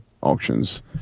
auctions